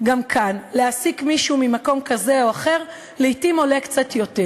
גם כאן: להעסיק מישהו ממקום כזה או אחר לעתים עולה קצת יותר.